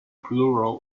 plural